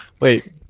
Wait